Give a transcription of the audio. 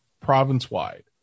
province-wide